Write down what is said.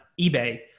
eBay